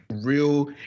real